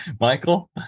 Michael